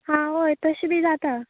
हांव हय तशें बी जाता